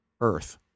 Earth